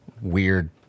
weird